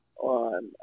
on